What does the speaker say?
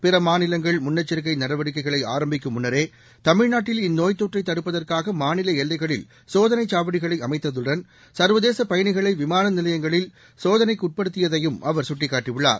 பிற மாநிலங்கள் முன்னெச்சிக்கை நடவடிக்கைகளை ஆரம்பிக்கும் முன்னரே தமிழ்நாட்டில் இந்நோய்த் தொற்றை தடுப்பதற்காக மாநில எல்லைகளில் சோதனைச் சாவடிகளை அமைத்ததுடன் சா்வதேச பயனிகளை விமான நிலையங்களில் சோதனைக்குட்படுத்தியதையும் அவர் சுட்டிக் காட்டியுள்ளார்